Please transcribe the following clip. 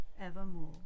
evermore